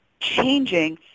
changing